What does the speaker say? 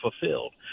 fulfilled